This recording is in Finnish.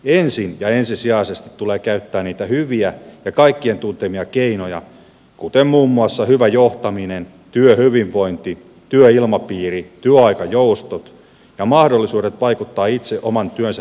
ensin ja ensisijaisesti tulee käyttää niitä hyviä ja kaikkien tuntemia keinoja kuten muun muassa hyvää johtamista työhyvinvointia työilmapiiriä työaikajoustoja ja mahdollisuuksia vaikuttaa itse oman työnsä tekemiseen ja sisältöön